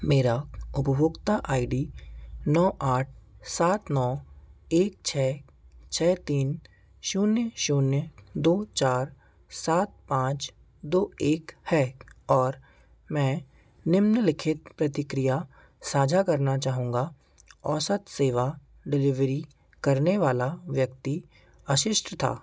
मेरी उपभोक्ता I D नौ आठ सात नौ एक छः छः तीन शून्य शून्य दो चार सात पाँच दो एक है और मैं निम्नलिखित प्रतिक्रिया साझा करना चाहूँगा औसत सेवा डिलिवरी करने वाला व्यक्ति अशिष्ट था